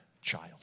child